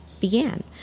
began